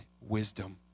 wisdom